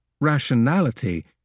Rationality